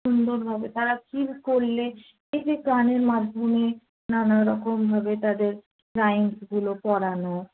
সুন্দরভাবে তারা কি করলে এই যে গানের মাধ্যমে নানা রকমভাবে তাদের সায়েন্সগুলো পড়ানো